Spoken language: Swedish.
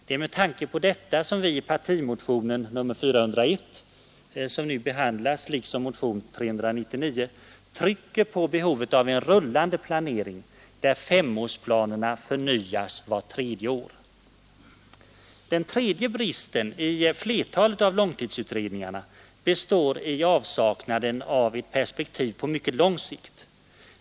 Det är med tanke på detta som vi i partimotionen 1972:401, vilken nu behandlas liksom partimotionen 1972:399, trycker på behovet av en rullande planering, där femårsplanerna förnyas vart tredje år. Den tredje bristen i flertalet av långtidsutredningarna består i avsaknaden av ett perspektiv på mycket lång sikt.